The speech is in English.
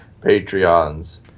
Patreons